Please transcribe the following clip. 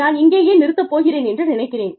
நான் இங்கேயே நிறுத்தப் போகிறேன் என்று நினைக்கிறேன்